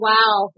Wow